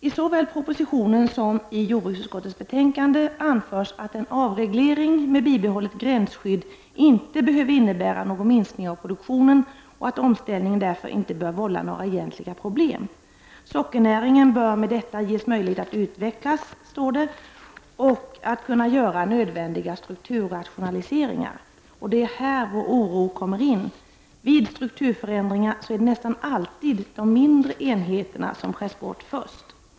I såväl propositionen som i jordbruksutskottets betänkande anförs att en avreglering med bibehållet gränsskydd inte behöver innebära någon minskning av produktionen och att omställningen därför inte bör vålla några egentliga problem. Vidare står där att sockernäringen med detta bör ges möjlighet att utvecklas och att det bör bli möjligt att göra nödvändiga strukturrationaliseringar. Det är här vår oro kommer in. Vid strukturförändringar är det nästan alltid de mindre enheterna som skärs bort först.